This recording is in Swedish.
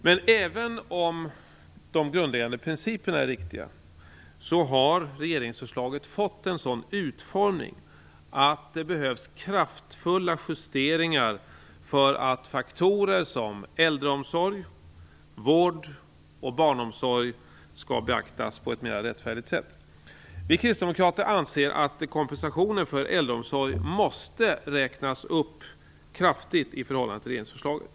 Men även om de grundläggande principerna är riktiga har regeringsförslaget fått en sådan utformning att det behövs kraftfulla justeringar för att faktorer som äldreomsorg, vård och barnomsorg skall beaktas på ett mer rättfärdigt sätt. Vi kristdemokrater anser att kompensationen för äldreomsorgen måste räknas upp kraftigt i förhållande till regeringsförslaget.